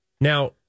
Now